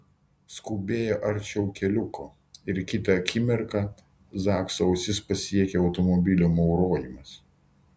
skubėjo arčiau keliuko ir kitą akimirką zakso ausis pasiekė automobilio maurojimas